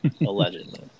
Allegedly